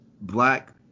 black